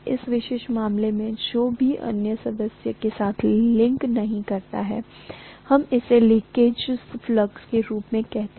इस विशेष मामले में जो भी अन्य सदस्य के साथ लिंक नहीं करता है हम इसे लीकेज फ्लक्स के रूप में कहते हैं